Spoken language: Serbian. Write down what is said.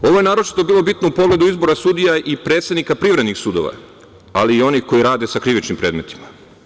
Ovo je naročito bilo bitno u pogledu izbora sudija i predsednika privrednih sudova, ali i onih koji rade sa krivičnim predmetima.